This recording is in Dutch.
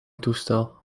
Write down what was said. toestel